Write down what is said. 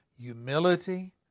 Humility